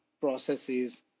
processes